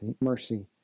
mercy